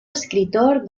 escritor